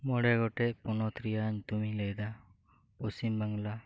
ᱢᱚᱬᱮ ᱜᱚᱴᱮᱱ ᱯᱚᱱᱚᱛ ᱨᱮᱭᱟᱜ ᱧᱩᱛᱩᱢᱤᱧ ᱞᱟᱹᱭ ᱮᱫᱟ ᱯᱚᱥᱪᱤᱢ ᱵᱟᱝᱞᱟ